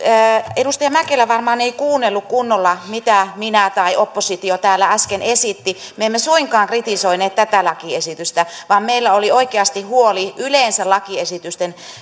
edustaja mäkelä varmaan ei kuunnellut kunnolla mitä minä tai oppositio täällä äsken esitti me emme suinkaan kritisoineet tätä lakiesitystä vaan meillä oli oikeasti huoli yleensä lakiesitysten